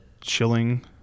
chilling